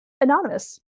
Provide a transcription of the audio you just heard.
Anonymous